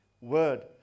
Word